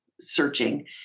searching